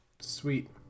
Sweet